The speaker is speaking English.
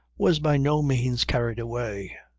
was by no means carried away.